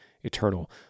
eternal